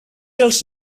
els